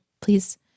Please